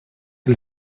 que